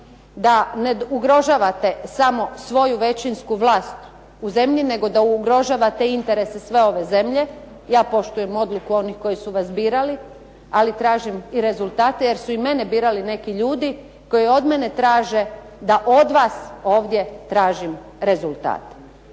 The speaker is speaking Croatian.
da ne ugrožavate samo svoju većinsku vlast u zemlji, nego da ugrožavate interese sve ove zemlje. Ja poštujem odluku onih koji su vas birali. Ali tražim rezultate, jer su i mene birali neki ljudi koji od mene traže, da od vas ovdje tražim rezultat.